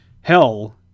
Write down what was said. hell